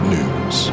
News